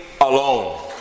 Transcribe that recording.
alone